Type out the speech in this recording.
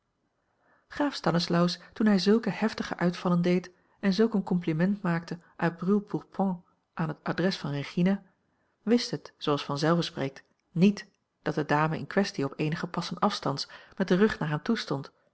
graaf stanislaus toen hij zulke heftige uitvallen deed en zulk een compliment maakte à brûle pourpoint aan het adres van regina wist het zooals vanzelve spreekt niet dat de dame in kwestie op eenige passen afstands met den rug naar hem toe